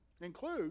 include